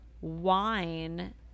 wine